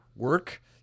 work